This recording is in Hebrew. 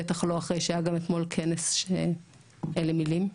בטח לא אחרי שהיה גם אתמול כנס שאין לי מילים,